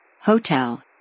Hotel